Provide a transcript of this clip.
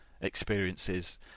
experiences